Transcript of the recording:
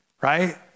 right